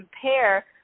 compare